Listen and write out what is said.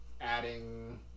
adding